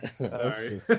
Sorry